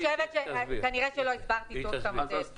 כנראה שלא הסברתי טוב את המודל.